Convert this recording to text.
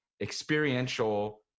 experiential